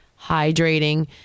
hydrating